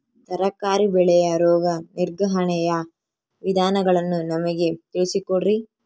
ತರಕಾರಿ ಬೆಳೆಯ ರೋಗ ನಿರ್ವಹಣೆಯ ವಿಧಾನಗಳನ್ನು ನಮಗೆ ತಿಳಿಸಿ ಕೊಡ್ರಿ?